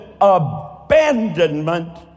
abandonment